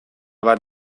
bat